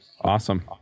Awesome